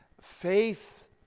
Faith